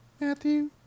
Matthew